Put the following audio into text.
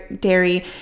dairy